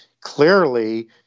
clearly